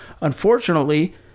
Unfortunately